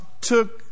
took